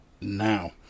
now